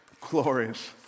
glorious